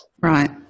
Right